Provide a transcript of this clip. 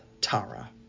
Tara